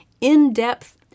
in-depth